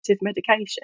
medication